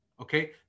Okay